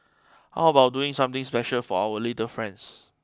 how about doing something special for our little friends